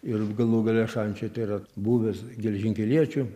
ir galų gale šančiai tai yra buvęs geležinkeliečių